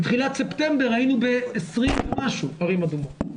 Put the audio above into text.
בתחילת ספטמבר היינו ב-20 ומשהו ערים אדומות,